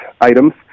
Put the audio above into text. items